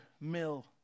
mill